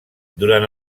durant